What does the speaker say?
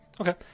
Okay